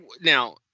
now